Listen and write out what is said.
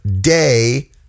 day